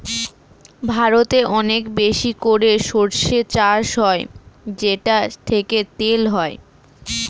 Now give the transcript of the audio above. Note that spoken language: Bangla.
ভারতে অনেক বেশি করে সরষে চাষ হয় যেটা থেকে তেল হয়